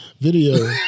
video